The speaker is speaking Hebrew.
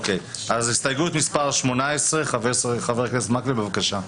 הסתייגות מס' 18, חבר הכנסת מקלב, בבקשה.